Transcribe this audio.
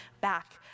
back